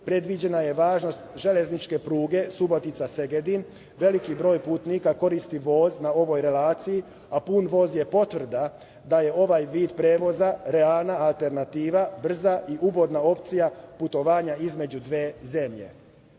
predviđena je važna železnička pruga Subotica-Segedin. Veliki broj putnika koristi voz na ovoj relaciji, a pun voz je potvrda da je ovaj vid prevoza realna alternativa, brza i ugodna opcija putovanja između dve zemlje.